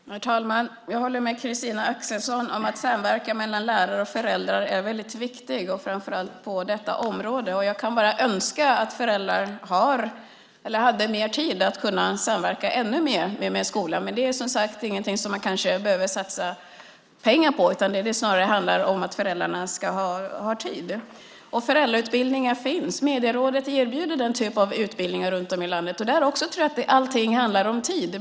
Herr talman! Jag håller med Christina Axelsson om att samverkan mellan lärare och föräldrar är viktig, framför allt på detta område. Jag kan bara önska att föräldrar hade mer tid att samverka ännu mer med skolan. Men det är inget som man behöver satsa pengar på, utan det handlar snarare om att föräldrarna ska ha tid. Föräldrautbildningar finns. Medierådet erbjuder den typen av utbildningar runt om i landet. Där handlar det också om tid.